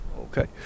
Okay